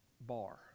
bar